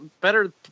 better